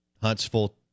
Huntsville